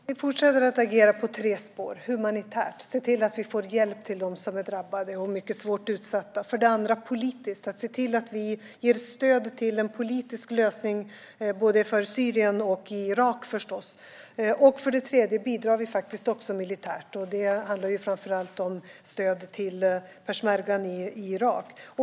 Herr talman! Vi fortsätter att agera på tre spår. För det första gör vi det humanitärt och ser till att de drabbade och mycket svårt utsatta får hjälp. För det andra gör vi det politiskt och ser till att vi ger stöd till en politisk lösning både i Syrien och i Irak. För det tredje bidrar vi faktiskt också militärt. Det handlar framför allt om stöd till peshmergan i Irak.